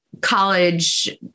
college